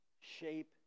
shape